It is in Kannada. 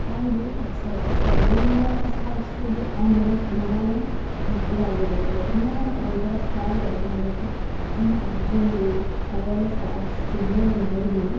ಹೌದು ಸಗ್ಣಿಯಿಂದ ಸಾಡ್ಸೋದು ಆ ನೆಲ ತುಂಬಾನೆ ಗಟ್ಟಿ ಆಗಿರುತ್ತೆ ತುಂಬಾನೆ ಒಂದು ಥರ ಚೆನ್ನಾಗಿ ಇರತ್ತೆ ನೋಡಾಕ್ಕೆ ನಮ್ಮ ಅಜ್ಜಿಯಿಂದರು ಅವರೆಲ್ಲ ಸಾರ್ಸಿದ್ನ ನೋಡಿದ್ದೀನಿ